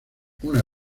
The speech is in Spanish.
una